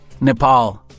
Nepal